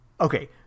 Okay